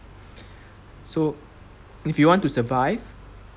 so if you want to survive